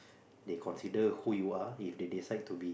they consider who you are if they decide to be